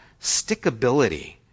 stickability